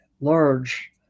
large